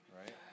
right